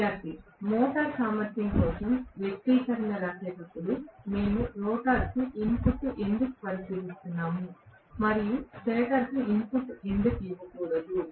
విద్యార్థి మోటారు సామర్థ్యం కోసం వ్యక్తీకరణ రాసేటప్పుడు మేము రోటర్కు ఇన్పుట్ను ఎందుకు పరిశీలిస్తున్నాము మరియు స్టేటర్కు ఇన్పుట్ ఎందుకు ఇవ్వకూడదు